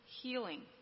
healing